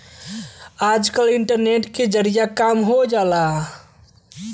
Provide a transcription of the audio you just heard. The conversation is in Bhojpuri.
आजकल इन्टरनेट के जरिए काम हो जाला